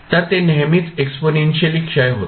तर ते नेहमीच एक्सपोनेन्शियली क्षय होते